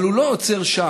אבל הוא לא עוצר שם.